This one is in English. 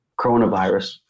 coronavirus